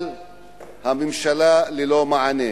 אבל הממשלה, ללא מענה.